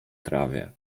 trawie